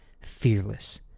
fearless